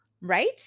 Right